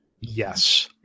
Yes